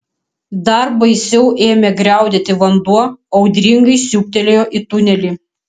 dar baisiau ėmė griaudėti vanduo audringai siūbtelėjo į tunelį